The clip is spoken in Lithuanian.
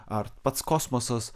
ar pats kosmosas